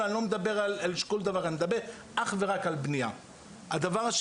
אף אדם לא